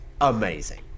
amazing